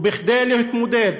וכדי להתמודד